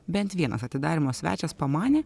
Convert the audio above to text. bent vienas atidarymo svečias pamanė